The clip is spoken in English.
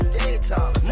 daytime